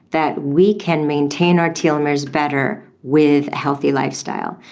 that we can maintain our telomeres better with healthy lifestyle.